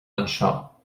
anseo